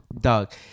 dog